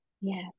Yes